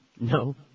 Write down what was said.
No